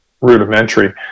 rudimentary